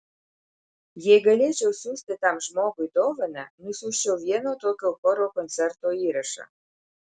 jei galėčiau siųsti tam žmogui dovaną nusiųsčiau vieno tokio choro koncerto įrašą